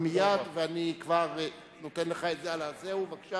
ומייד, ואני כבר נותן לך את זה על, בבקשה.